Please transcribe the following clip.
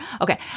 Okay